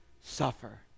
suffer